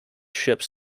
ships